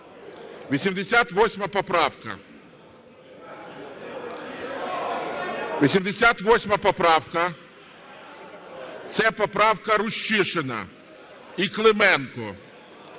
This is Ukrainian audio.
88 поправка. 88 поправка – це поправка Рущишина і Клименко.